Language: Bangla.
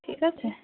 ঠিক আছে